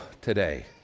today